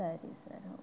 ಸರಿ sir okay